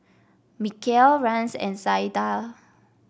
Mikeal Rance and Zaida